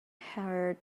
hurt